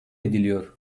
ediliyor